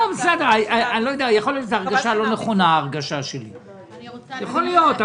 יכול להיות שההרגשה שלי לא נכונה,